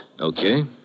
Okay